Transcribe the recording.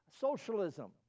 socialism